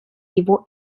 его